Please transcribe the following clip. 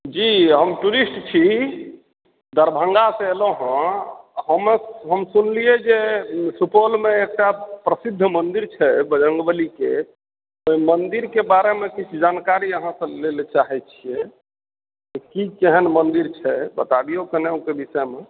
जी हम टूरिस्ट छी दरभंगा से अयलहुॅं हँ हम हम सुनलिए जे सुपौलमे एक टा प्रसिद्ध मन्दिर छै बजरंगबलीके ओहि मन्दिरके बारेमे किछु जानकारी अहाँ से लै ले चाहै छियै की केहेन मन्दिर छै बताबियो कने ओकर विषयमे